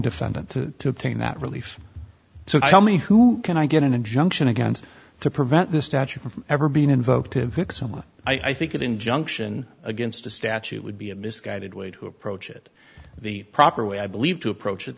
defendant to take that relief so tell me who can i get an injunction against to prevent this statute from ever being invoked to vick so much i think an injunction against a statute would be a misguided way to approach it the proper way i believe to approach it